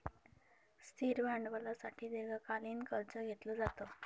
स्थिर भांडवलासाठी दीर्घकालीन कर्ज घेतलं जातं